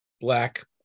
Black